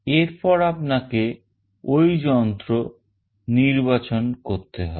এরপর আপনাকে ওই যন্ত্র নির্বাচন করতে হবে